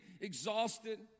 exhausted